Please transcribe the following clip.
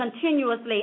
continuously